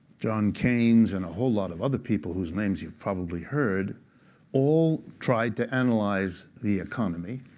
john keynes, and a whole lot of other people whose names you've probably heard all tried to analyze the economy.